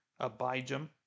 Abijam